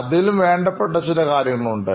അതിലും വേണ്ടപ്പെട്ട ചില കാര്യങ്ങളുണ്ട്